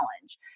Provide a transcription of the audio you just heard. challenge